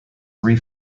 three